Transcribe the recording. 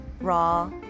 raw